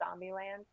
Zombieland